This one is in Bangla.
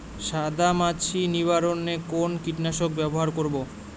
সাদা মাছি নিবারণ এ কোন কীটনাশক ব্যবহার করব?